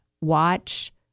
watch